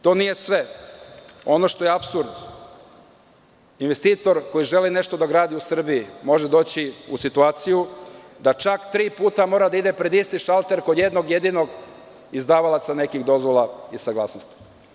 To nije sve jer ono što je apsurd, investitor koji želi nešto da gradi u Srbiji može doći u situaciju da čak tri puta mora da ide pred isti šalter kod jednog jedinog izdavalaca nekih dozvola i saglasnosti.